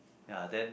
ya then